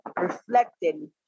reflecting